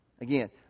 again